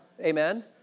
amen